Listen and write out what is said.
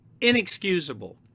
inexcusable